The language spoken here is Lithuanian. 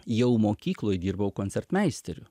jau mokykloj dirbau koncertmeisteriu